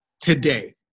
today